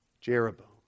Jeroboam